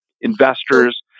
Investors